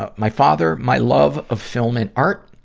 ah my father. my love of film and art.